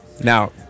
Now